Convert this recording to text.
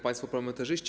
Państwo Parlamentarzyści!